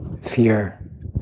fear